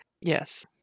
Yes